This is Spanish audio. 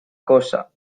cosa